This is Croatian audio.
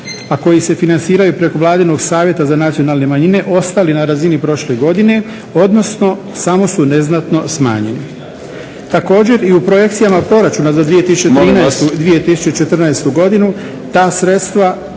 a koji se financira preko Vladinog savjeta za nacionalne manjine ostali na razini prošle godine odnosno samo su neznatno smanjeni. Također i u projekcijama od proračuna za 2013.i2014.godinu. **Šprem,